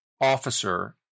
officer